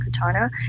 Katana